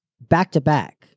back-to-back